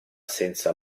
senza